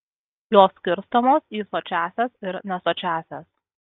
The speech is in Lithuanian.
jos skirstomos į sočiąsias ir nesočiąsias